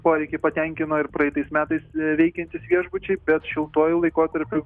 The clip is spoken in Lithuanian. poreikį patenkino ir praeitais metais veikiantys viešbučiai bet šiltuoju laikotarpiu